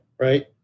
right